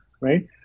right